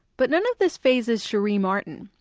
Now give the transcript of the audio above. but none of this fazes sheree martin.